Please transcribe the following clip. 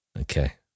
Okay